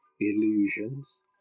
illusions